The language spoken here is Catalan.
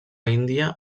índia